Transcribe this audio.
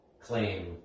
claim